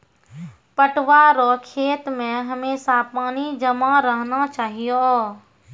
पटुआ रो खेत मे हमेशा पानी जमा रहना चाहिऔ